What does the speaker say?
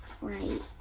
right